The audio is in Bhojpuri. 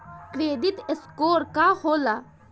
क्रेडिट स्कोर का होला?